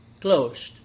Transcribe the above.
closed